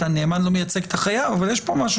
הנאמן לא מייצג את החייב אבל יש פה משהו